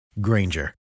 Granger